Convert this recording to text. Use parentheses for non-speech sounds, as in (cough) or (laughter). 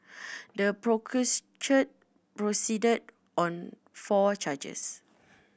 (noise) the (unintelligible) proceeded on four charges